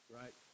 right